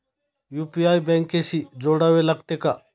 UPI बँकेशी जोडावे लागते का?